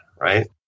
Right